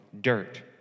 dirt